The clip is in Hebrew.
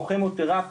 כמו כימותרפיה,